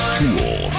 Tool